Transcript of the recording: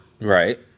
Right